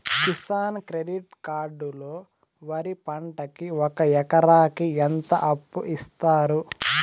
Kisan credit card లో వరి పంటకి ఒక ఎకరాకి ఎంత అప్పు ఇస్తారు?